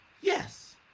Yes